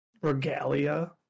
regalia